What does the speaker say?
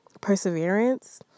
perseverance